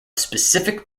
specific